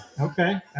okay